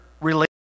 related